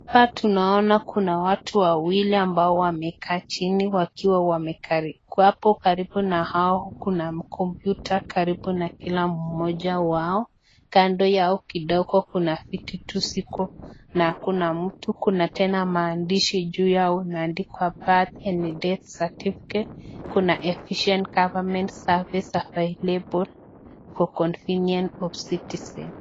Hapa tunaona Kuna watu wawili ambao wamekaa chini wakiwa wamekaribia kwako karibu na hao Kuna kompyuta karibu na Kila Mmoja wao, kando yao kidogo Kuna vitu ziko na hakuna mtu, Kuna Tena maandishi juu yao imeandikwa births and certificate kuna efficient government services available for convenience of citizen .